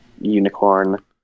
unicorn